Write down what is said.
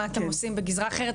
מה אתם עושים בגזרה אחרת,